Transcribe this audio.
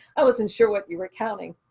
i wasn't sure what you were counting.